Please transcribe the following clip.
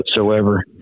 whatsoever